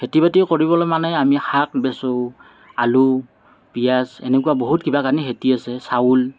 খেতি বাতি কৰিবলৈও মানে আমি শাক বেচোঁ আলু পিঁয়াজ এনেকুৱা বহুত কিবা কানি খেতি আছে চাউল